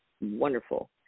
wonderful